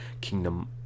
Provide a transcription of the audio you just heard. Kingdom